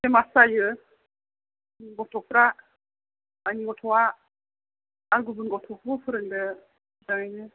famous जायो गथ'फ्रा आंनि गथ'आ आर गुबुन गथ'खौबो फोरोंदो ओरैनो